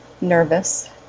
nervous